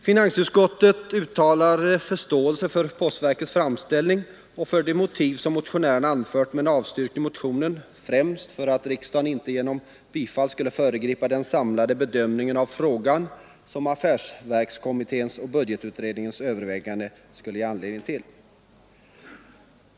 Finansutskottet uttalade förståelse för postverkets framställning och för de motiv som motionärerna hade anfört men avstyrkte motionen, främst för att riksdagen inte genom bifall skulle föregripa den samlade bedömning av frågan som affärsverkskommitténs och budgetutredningens överväganden skulle ge anledning till.